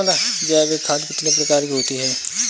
जैविक खाद कितने प्रकार की होती हैं?